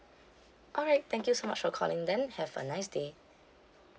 alright thank you so much for calling then have a nice day